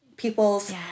people's